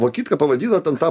vokitka pavadino ten tą